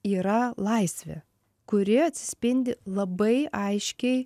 yra laisvė kuri atsispindi labai aiškiai